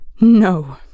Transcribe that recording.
No